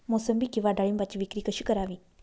मोसंबी किंवा डाळिंबाची विक्री कशी करावी?